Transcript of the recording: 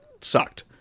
sucked